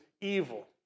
evil